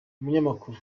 umunyamakuru